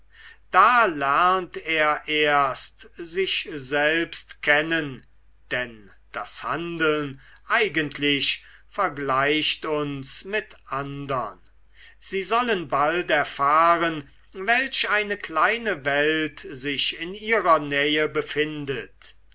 da lernt er erst sich selber kennen denn das handeln eigentlich vergleicht uns mit andern sie sollen bald erfahren welch eine kleine welt sich in ihrer nähe befindet